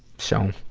so,